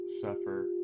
suffer